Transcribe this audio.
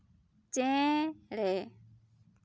ᱪᱮᱻᱬᱮ